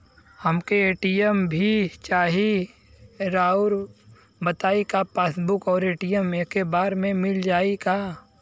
हमके ए.टी.एम भी चाही राउर बताई का पासबुक और ए.टी.एम एके बार में मील जाई का?